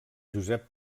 josep